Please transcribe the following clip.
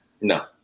No